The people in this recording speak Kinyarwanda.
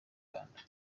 rwanda